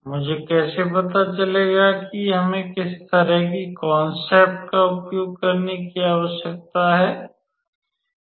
मुझे कैसे पता चलेगा कि हमें किस तरह की कान्सैप्ट का उपयोग करने की आवश्यकता है